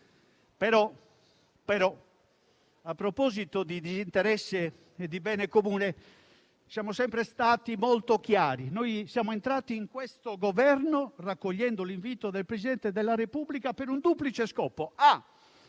A proposito però di disinteresse e di bene comune siamo sempre stati molto chiari; noi siamo entrati in questo Governo, raccogliendo l'invito del Presidente della Repubblica per un duplice scopo.